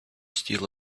steel